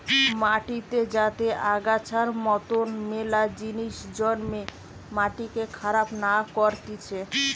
মাটিতে যাতে আগাছার মতন মেলা জিনিস জন্মে মাটিকে খারাপ না করতিছে